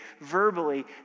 verbally